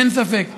אין ספק.